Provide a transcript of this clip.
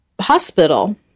hospital